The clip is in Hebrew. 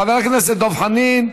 חבר הכנסת דב חנין,